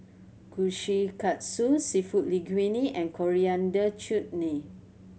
Kushikatsu Seafood Linguine and Coriander Chutney